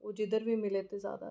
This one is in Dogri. ओह् जिद्धर बी मिलै ते ज़्यादा अच्छा ऐ